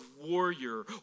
warrior